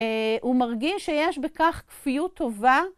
‫הוא מרגיש שיש בכך כפיות טובה.